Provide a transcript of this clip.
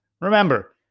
Remember